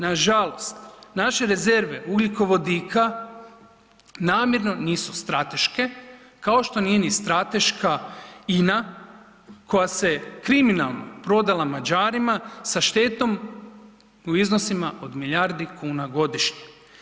Nažalost naše rezerve ugljikovodika namjerno nisu strateške, kao što nije ni strateška INA koja se kriminalno prodala Mađarima sa štetom u iznosima od milijardi kuna godišnje.